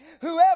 Whoever